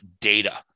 data